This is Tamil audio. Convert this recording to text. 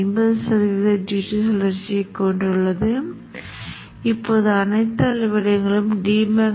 இப்போது இது நெட் லிஸ்ட்டுடன் திட்டவட்டமான சுற்றை ஏற்றி இப்போது உருவகப்படுத்துதலைச் இயக்க செயல்படும்